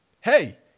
hey